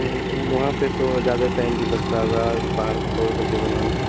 वहाँ पर तो ज़्यादा टाइम भी लगता होगा पहाड़ को तोड़ करके बनाने में